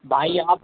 بھائی آپ